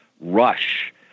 rush